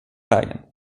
vägen